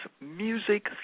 music